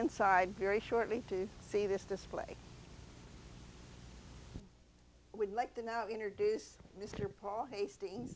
inside very shortly to see this display would like to now introduce mr paul hastings